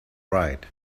right